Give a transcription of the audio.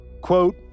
Quote